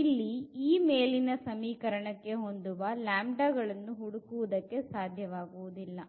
ಇಲ್ಲಿ ಈ ಮೇಲಿನ ಸಮೀಕರಣಕ್ಕೆ ಹೊಂದುವ ಗಳನ್ನೂ ಹುಡುಕುವುದಕ್ಕೆ ಸಾಧ್ಯವಾಗುವುದಿಲ್ಲ